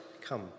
come